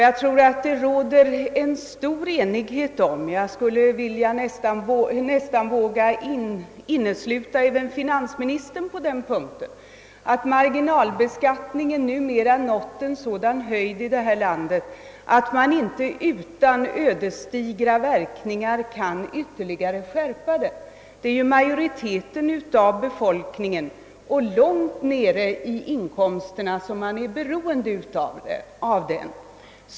Jag tror att det råder en stor enighet om — jag skulle vilja nästa våga innesluta finansministern på den punkten — att marginalbeskattningen numera nått en sådan höjd här i landet att man inte utan ödesdigra verkningar kan ytterligare skärpa den. Majoriteten av befolkningen, långt nere i inkomsterna, är beroende av den.